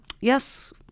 Yes